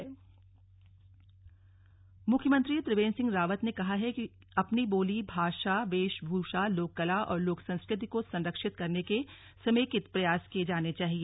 Himalayan tribe महोत्सव मुख्यमंत्री त्रिवेंद्र सिंह रावत ने कहा है कि अपनी बोली भाषा वेश भूषा लोक कला और लोक संस्कृति को संरक्षित करने के समेकित प्रयास किये जाने चाहिए